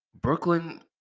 Brooklyn